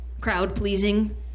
crowd-pleasing